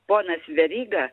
ponas veryga